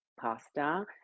pasta